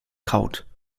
kaut